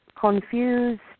confused